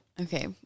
Okay